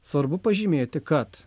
svarbu pažymėti kad